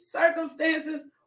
circumstances